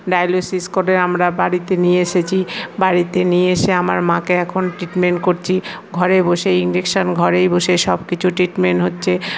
dialysis করে আমরা বাড়িতে নিয়ে এসেছি বাড়িতে নিয়ে এসে আমার মাকে এখন ট্রিটমেন্ট করছি ঘরে বসে ইঞ্জেকশন ঘরেই বসে সবকিছু ট্রিটমেন্ট হচ্ছে